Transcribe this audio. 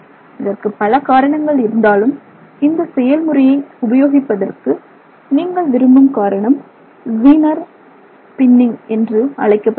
இதற்குப் பல காரணங்கள் இருந்தாலும் இந்த செயல்முறையை உபயோகிப்பதற்கு நீங்கள் விரும்பும் காரணம் ஜீனர் பின்னிங் என்று அழைக்கப்படுகிறது